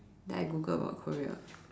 then I Google about Korea